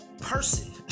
person